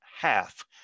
half